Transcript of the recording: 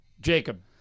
Jacob